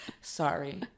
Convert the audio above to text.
Sorry